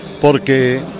Porque